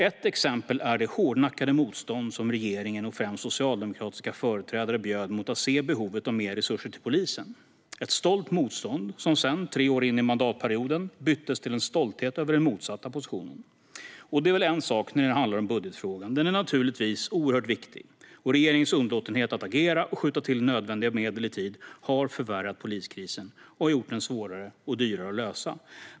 Ett exempel är det hårdnackade motstånd som regeringen och främst socialdemokratiska företrädare bjöd mot att se behovet av mer resurser till polisen. Det var ett stolt motstånd som sedan, tre år in i mandatperioden, byttes till stolthet över den motsatta positionen. Det är väl en sak när det handlar om budgetfrågan. Den är naturligtvis oerhört viktig, och regeringens underlåtenhet att agera och skjuta till nödvändiga medel i tid har förvärrat poliskrisen och gjort den svårare och dyrare att lösa.